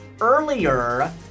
earlier